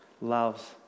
loves